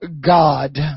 God